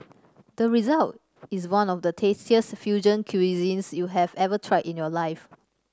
the result is one of the tastiest fusion cuisines you have ever tried in your life